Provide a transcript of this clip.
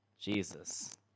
Jesus